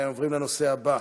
אנחנו עוברים לנושא הבא,